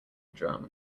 drum